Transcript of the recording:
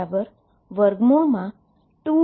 જ્યાં α2m2 છે